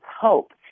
hope